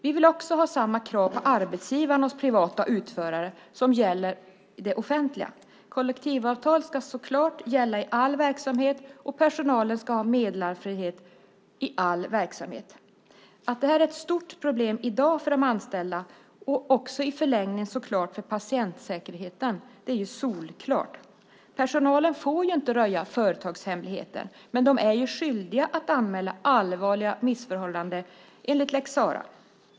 Vi vill också ha samma krav på arbetsgivarna när det gäller privata utförare som de krav som gäller i det offentliga. Kollektivavtal ska så klart gälla i all verksamhet, och personalen ska ha meddelarfrihet i all verksamhet. Att detta i dag är ett stort problem för de anställda, och i en förlängning givetvis också för patientsäkerheten, är solklart. Personalen får inte röja företagshemligheter, men man är enligt lex Sarah skyldig att anmäla allvarliga missförhållanden.